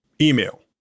Email